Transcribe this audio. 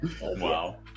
Wow